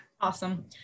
Awesome